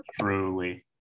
Truly